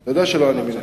לא אמרתי.